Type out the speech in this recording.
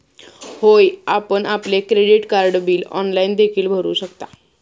होय, आपण आपले क्रेडिट कार्ड बिल ऑनलाइन देखील भरू शकता